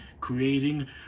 creating